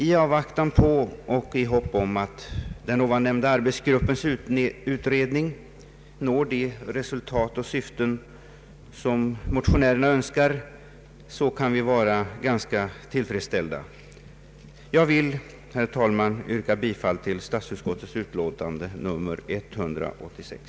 I avvaktan på och i förhoppning om att den nyssnämnda arbetsgruppens utredning når de resultat och syften som motionärerna önskar, kan vi vara ganska tillfredsställda. Jag yrkar, herr talman, bifall till statsutskottets utlåtande nr 186.